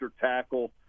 tackle